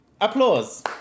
applause